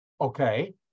Okay